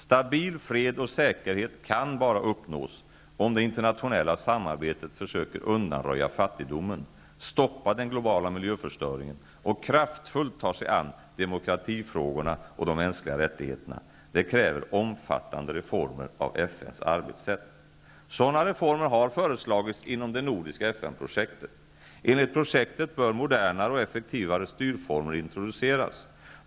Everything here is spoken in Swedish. Stabil fred och säkerhet kan bara uppnås om det internationella samarbetet försöker undanröja fattigdomen, stoppa den globala miljöförstöringen och kraftfullt ta sig an demokratifrågorna och frågan om de mänskliga rättigheterna. Det kräver omfattande reformeringar av FN:s arbetssätt. Sådana reformer har föreslagits inom det nordiska FN-projektet. Enligt projektet bör modernare och effektivare styrformer introduceras.